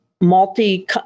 Multi